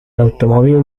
automóvil